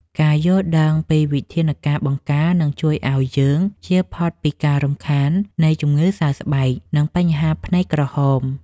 ការយល់ដឹងពីវិធីបង្ការនឹងជួយឱ្យយើងចៀសផុតពីការរំខាននៃជំងឺសើស្បែក និងបញ្ហាភ្នែកក្រហម។